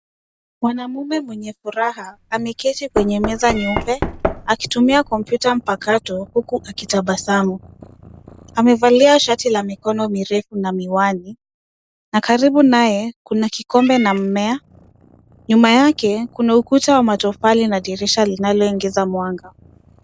Mwanaume mwenye furaha ameketi kwenye meza nyeupe akitumia kompyuta mpakato huku akitabasamu. Amevalia shati la mikono mirefu na miwani, na karibu naye kuna kikombe na mmea. Nyuma yake kuna ukuta wa matofali na dirisha linaloingiza mwanga.